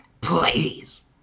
please